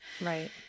right